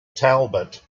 talbot